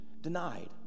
denied